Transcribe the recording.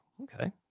okay